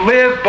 Live